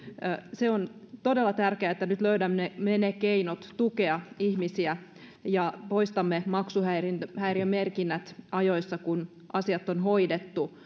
on todella tärkeää että nyt löydämme ne keinot tukea ihmisiä ja poistamme maksuhäiriömerkinnät ajoissa kun asiat on hoidettu